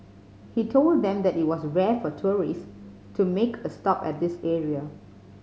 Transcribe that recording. he told them that it was rare for tourists to make a stop at this area